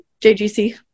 JGC